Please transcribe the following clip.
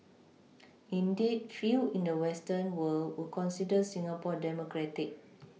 indeed few in the Western world would consider Singapore democratic